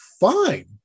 fine